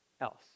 else